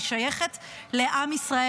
היא שייכת לעם ישראל.